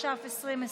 התש"ף 2020,